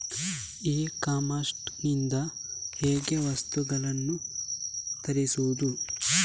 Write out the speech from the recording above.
E commerce ಇಂದ ಹೇಗೆ ವಸ್ತುಗಳನ್ನು ತರಿಸುವುದು?